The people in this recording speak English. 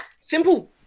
Simple